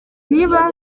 niba